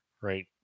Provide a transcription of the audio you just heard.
right